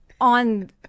on